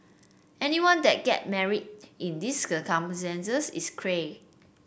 anyone that get married in these circumstances is cray